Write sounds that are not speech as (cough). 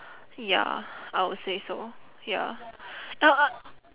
ya I would say so ya (noise)